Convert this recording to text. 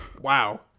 Wow